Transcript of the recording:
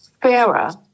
fairer